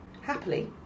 Happily